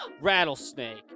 Rattlesnake